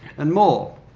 and more.